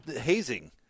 hazing